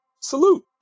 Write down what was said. salute